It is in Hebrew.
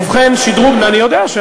אני יודע.